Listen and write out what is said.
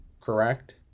correct